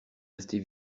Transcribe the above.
restée